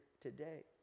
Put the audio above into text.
today